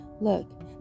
Look